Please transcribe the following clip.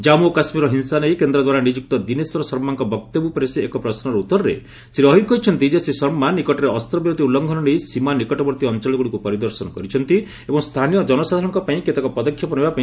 ଜାମ୍ମୁ ଓ କାଶ୍କୀରର ହିଂସା ନେଇ କେନ୍ଦ୍ର ଦ୍ୱାରା ନିଯୁକ୍ତ ଦିନେଶ୍ୱର ଶର୍ମାଙ୍କ ବକ୍ତବ୍ୟ ଉପରେ ଏକ ପ୍ରଶ୍ୱର ଉତ୍ତରରେ ଶ୍ରୀ ଅହିର କହିଛନ୍ତି ଯେ ଶ୍ରୀ ଶର୍ମା ନିକଟରେ ଅସ୍ତ୍ରବିରତି ଉଲ୍ଲୁଂଘନ ନେଇ ସୀମା ନିକଟବର୍ତ୍ତୀ ଅଞ୍ଚଳଗୁଡିକୁ ପରିଦର୍ଶନ କରିଛନ୍ତି ଏବଂ ସ୍ଥାନୀୟ ଜନସାଧାରଣଙ୍କ ପାଇଁ କେତେକ ପଦକ୍ଷେପ ନେବା ପାଇଁ ସୁପାରିଶ କରିଛନ୍ତି